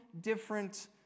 different